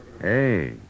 Hey